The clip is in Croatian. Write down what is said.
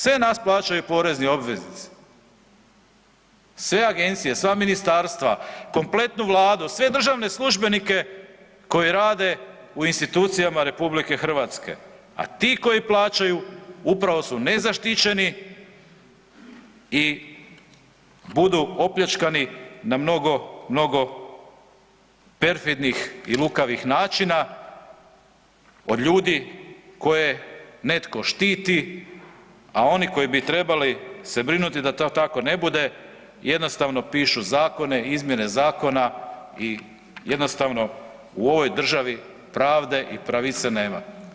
Sve nas plaćaju porezni obveznici sve agencije, sva ministarstva, kompletnu Vladu, sve državne službenike koji rade u institucijama Republike Hrvatske, a ti koji plaćaju upravo su nezaštićeni i budu opljačkani na mnogo, mnogo perfidnih i lukavih načina od ljudi koje netko štiti, a oni koji bi trebali se brinuti da to tako ne bude jednostavno pišu zakone, izmjene zakona i jednostavno u ovoj državi pravde i pravice nema.